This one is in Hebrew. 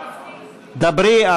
מירב, דברי.